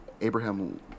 Abraham